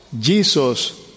Jesus